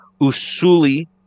usuli